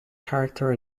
character